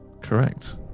correct